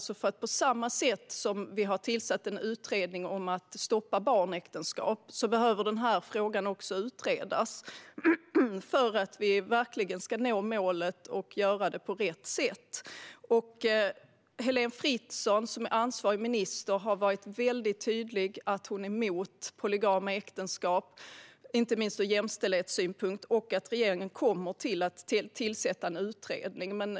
På samma sätt som vi har tillsatt en utredning om att stoppa barnäktenskap behöver också den här frågan utredas för att vi verkligen ska nå målet och göra det på rätt sätt. Heléne Fritzon som är ansvarig minister har varit väldigt tydlig med att hon är emot polygama äktenskap, inte minst ur jämställdhetssynpunkt, och att regeringen kommer att tillsätta en utredning.